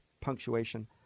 punctuation –